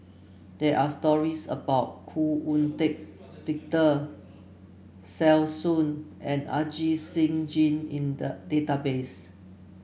there are stories about Khoo Oon Teik Victor Sassoon and Ajit Singh Gill in the database